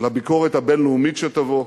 לביקורת הבין-לאומית שתבוא,